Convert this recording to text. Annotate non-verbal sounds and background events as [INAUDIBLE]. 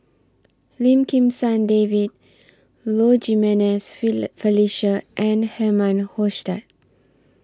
Lim Kim San David Low Jimenez [UNINTELLIGIBLE] Felicia and Herman Hochstadt